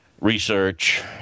research